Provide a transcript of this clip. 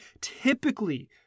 Typically